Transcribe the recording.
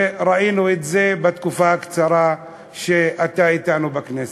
וראינו את זה בתקופה הקצרה שאתה אתנו בכנסת.